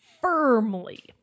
firmly